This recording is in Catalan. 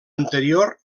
anterior